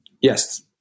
Yes